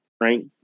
right